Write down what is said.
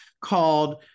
called